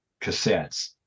cassettes